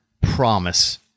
promise